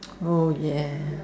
oh ya